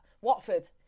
Watford